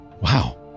Wow